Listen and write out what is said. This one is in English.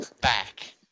back